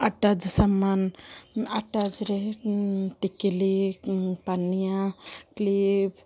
attached ସାମାନ ଆଟାଜ୍ ରେ ଟିକିଲି ପାନିଆ କ୍ଲିପ୍